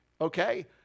Okay